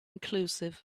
inclusive